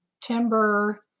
timber